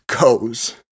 goes